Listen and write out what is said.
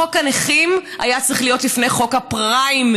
חוק הנכים היה צריך להיות לפני חוק הפריימריז,